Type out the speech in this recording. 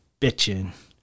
bitching